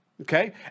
Okay